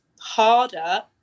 harder